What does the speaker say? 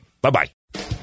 bye-bye